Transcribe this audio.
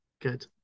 Good